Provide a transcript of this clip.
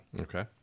okay